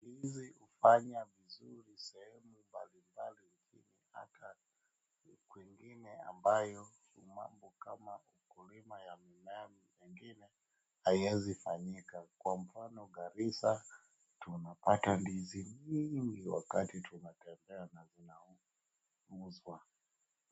Ndizi hufanya vizuri sehemu mbalimbali hata kwingine ambayo mambo kama ukulima wa mimea mingine haiezi fanyika kwa mfano Garissa tunapata ndizi mingi wakati tunatembea na zinauzwa.